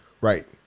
right